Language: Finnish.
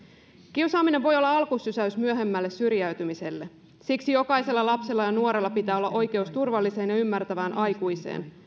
kiusaaminen voi olla alkusysäys myöhemmälle syrjäytymiselle siksi jokaisella lapsella ja nuorella pitää olla oikeus turvalliseen ja ymmärtävään aikuiseen